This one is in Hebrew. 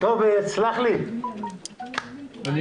אנחנו